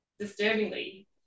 disturbingly